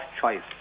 choice